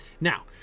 now